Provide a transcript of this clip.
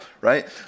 right